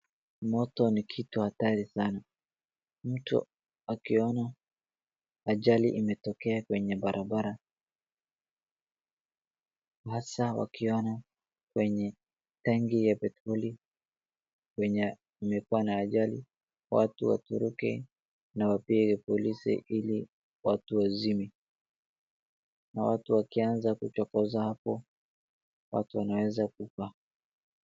Moto ni kitu hatari sana, mtu akiona ajali imetokea kwenya barabara, hasa wakiona kwenye tanki ya petroli wenye amekuwa na ajali watu watoroke na wapee polisi ili watu wazime na watu wakianza kuchokoza hapo watu wanaeza kufa.